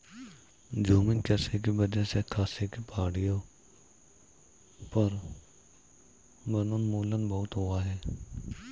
झूमिंग कृषि की वजह से खासी की पहाड़ियों पर वनोन्मूलन बहुत हुआ है